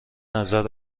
نظر